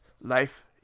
life